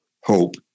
hope